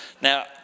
Now